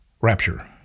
rapture